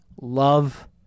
love